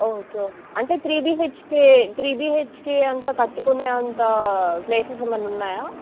okay okay అంటే three BHK three BHK అంత కట్టుకునే అంత ప్లేసెస్ ఏమన్నా ఉన్నాయా